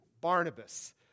Barnabas